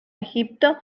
egipto